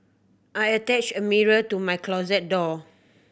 I attached a mirror to my closet door